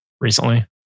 recently